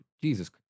Jesus